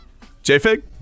JFig